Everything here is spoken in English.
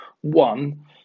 one